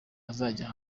azajya